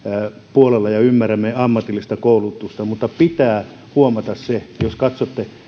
puolella ja ymmärrämme ammatillista koulutusta mutta pitää huomata se jos katsotte